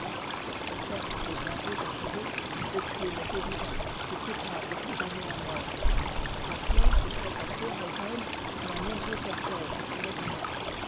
le procès est bientôt achevé le crime est évident le coupable est condamné à mort la cloche des trépassés résonne et un nombreux cortège se met en marche